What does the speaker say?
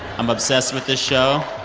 i'm obsessed with this show